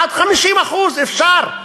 עד 50%. אפשר.